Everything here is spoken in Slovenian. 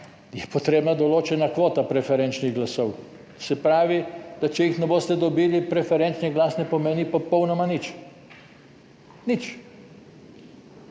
je potrebna določena kvota preferenčnih glasov. Se pravi, da če jih ne boste dobili, preferenčni glas ne pomeni popolnoma nič.